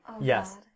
Yes